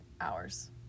hours